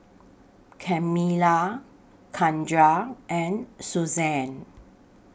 Kamila Keandre and Suzanne